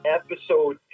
episode